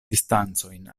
distancojn